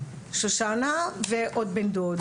שושנה ועוד בן דוד